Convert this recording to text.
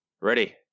Ready